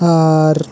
ᱟᱨ